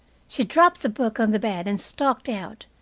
she dropped the book on the bed and stalked out,